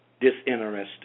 disinterested